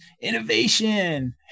innovation